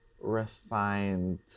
Refined